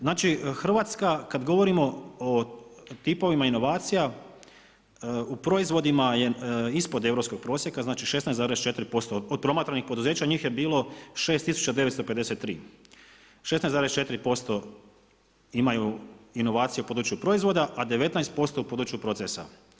Znači Hrvatska, kad govorimo o tipovima inovacija, u proizvodima je ispod europskog prosjeka, znači 16,4% od promatranih poduzeća, njih je bilo 6953, 16,4% imaju inovacije u području proizvoda, a 19% u području procesa.